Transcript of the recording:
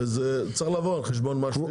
וזה צריך לבוא על חשבון משהו.